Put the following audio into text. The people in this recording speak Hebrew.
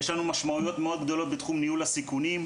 יש לנו משמעויות מאוד גדולות בתחום ניהול הסיכונים,